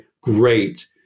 great